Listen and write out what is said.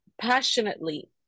passionately